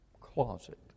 closet